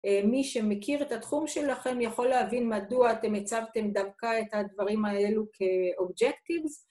מי שמכיר את התחום שלכם יכול להבין מדוע אתם הצבתם דווקא את הדברים האלו כאובג'קטיבים.